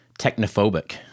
technophobic